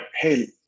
hey